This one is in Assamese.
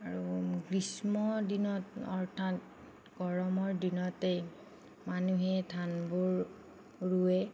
আৰু গ্ৰীষ্ম দিনত অৰ্থাৎ গৰমৰ দিনতেই মানুহে ধানবোৰ ৰুৱে